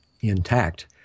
intact